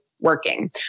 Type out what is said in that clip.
working